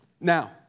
Now